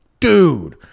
Dude